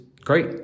great